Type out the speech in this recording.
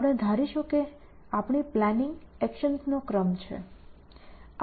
આપણે ધારીશું કે આપણી પ્લાનિંગ એકશન્સનો ક્રમ છે